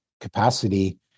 capacity